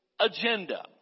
agenda